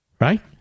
Right